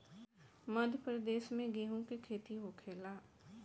मध्यप्रदेश में गेहू के खेती होखेला